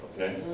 Okay